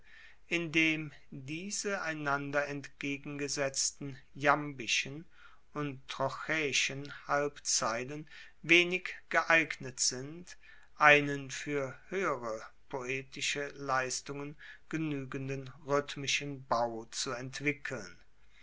indem diese einander entgegengesetzten iambischen und trochaeischen halbzeilen wenig geeignet sind einen fuer hoehere poetische leistungen genuegenden rhythmischen bau zu entwickeln